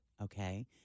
okay